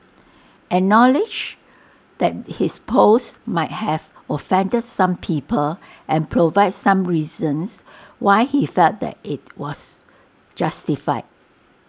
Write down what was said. acknowledge that his post might have offended some people and provide some reasons why he felt that IT was justified